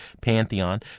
pantheon